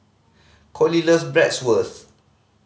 Coley loves Bratwurst